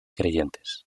creyentes